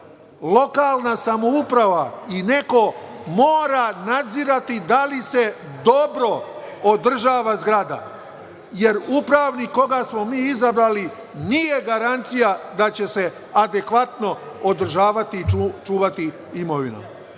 lokalna samouprava i neko mora nadzirati da li se dobro održava zgrada, jer upravnik koga smo mi izabrali nije garancija da će se adekvatno održavati i čuvati imovina.